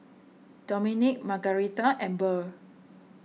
Domenic Margaretha and Burr